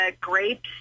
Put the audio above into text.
grapes